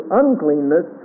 uncleanness